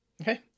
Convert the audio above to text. Okay